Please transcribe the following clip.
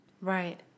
Right